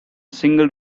single